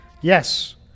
yes